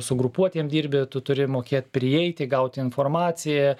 su grupuotėm dirbi tu turi mokėt prieiti gauti informaciją